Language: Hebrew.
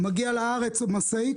מגיעה לארץ משאית,